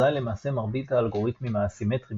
אזי למעשה מרבית האלגוריתמים האסימטריים